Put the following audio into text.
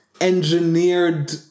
engineered